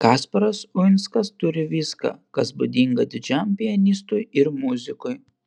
kasparas uinskas turi viską kas būdinga didžiam pianistui ir muzikui